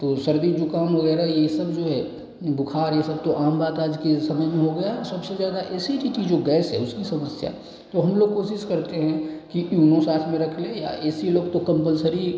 तो सर्दी ज़ुकाम वगैरह यह सब जो है बुखार यह सब तो आम बात आज के समय में हो गया सबसे ज़्यादा एसिडिटी जो गैस है उसकी समस्या तो हम लोग कोशिश करते हैं कि ईनो साथ में रख लें या एसीलॉक तो कंपल्सरी